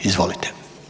Izvolite.